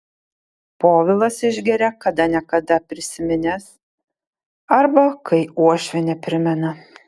povilas išgeria kada ne kada prisiminęs arba kai uošvienė primena